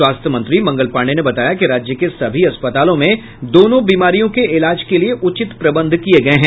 स्वास्थ्य मंत्री मंगल पांडेय ने बताया कि राज्य के सभी अस्पतालों में दोनों बीमारियों के इलाज के लिये उचित प्रबंध किये गये हैं